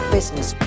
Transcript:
Business